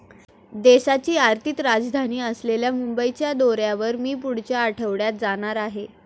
देशाची आर्थिक राजधानी असलेल्या मुंबईच्या दौऱ्यावर मी पुढच्या आठवड्यात जाणार आहे